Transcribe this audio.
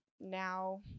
now